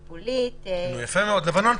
יכולים לשהות בכל רגע נתון במקום העבודה,